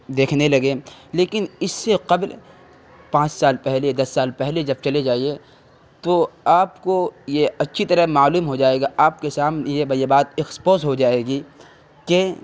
دیکھنے لگے لیکن اس سے قبل پانچ سال پہلے دس سال پہلے جب چلے جائیے تو آپ کو یہ اچھی طرح معلوم ہو جائے گا آپ کے سامنے یہ بات ایکسپوز ہو جائے گی کہ